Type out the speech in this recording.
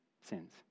sins